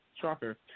Shocker